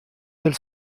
del